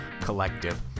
collective